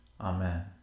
Amen